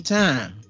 time